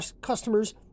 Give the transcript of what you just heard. customers